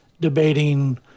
debating